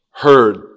heard